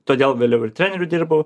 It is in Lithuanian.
todėl vėliau ir treneriu dirbau